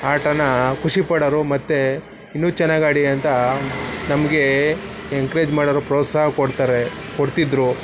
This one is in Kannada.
ಆಟನ ಖುಷಿಪಡೋರು ಮತ್ತು ಇನ್ನೂ ಚೆನ್ನಾಗಿ ಆಡಿ ಅಂತ ನಮಗೆ ಎಂಕ್ರೇಜ್ ಮಾಡೋರು ಪ್ರೋತ್ಸಾಹ ಕೊಡ್ತಾರೆ ಕೊಡ್ತಿದ್ರು